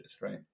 Right